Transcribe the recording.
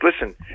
Listen